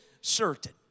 certain